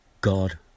God